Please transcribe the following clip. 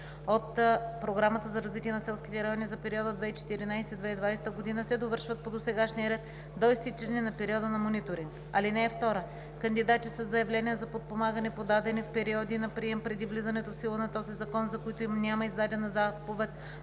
от Програмата за развитие на селските райони за периода 2014 – 2020 г., се довършват по досегашния ред, до изтичане на периода на мониторинг. (2) Кандидати със заявления за подпомагане, подадени в периоди на прием преди влизането в сила на този закон, за които няма издадена заповед